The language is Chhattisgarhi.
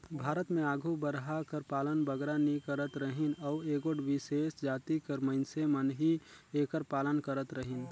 भारत में आघु बरहा कर पालन बगरा नी करत रहिन अउ एगोट बिसेस जाति कर मइनसे मन ही एकर पालन करत रहिन